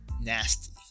nasty